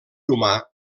humà